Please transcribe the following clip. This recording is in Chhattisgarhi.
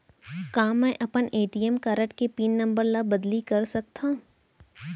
का मैं अपन ए.टी.एम कारड के पिन नम्बर ल बदली कर सकथव?